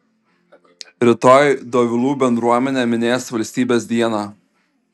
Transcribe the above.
rytoj dovilų bendruomenė minės valstybės dieną